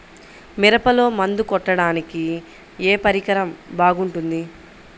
మిరపలో మందు కొట్టాడానికి ఏ పరికరం బాగుంటుంది?